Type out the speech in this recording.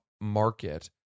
market